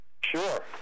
Sure